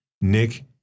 Nick